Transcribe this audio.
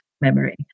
memory